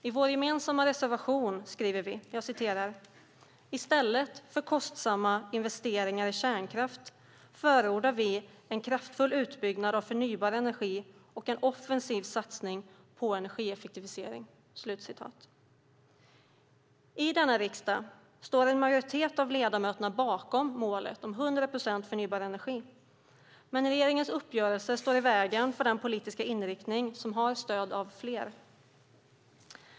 I vår gemensamma reservation skriver vi: "I stället för att göra kostsamma investeringar i kärnkraft förordar vi en kraftfull utbyggnad av förnybar energi och en offensiv satsning på energieffektivisering." I denna riksdag står en majoritet av ledamöterna bakom målet om 100 procent förnybar energi, men regeringens uppgörelse står i vägen för den politiska inriktning som har stöd av fler.